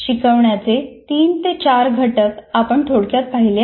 शिकवण्याचे तीन ते चार घटक आपण थोडक्यात पाहिले आहेत